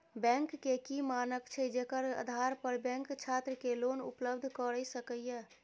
Bank के की मानक छै जेकर आधार पर बैंक छात्र के लोन उपलब्ध करय सके ये?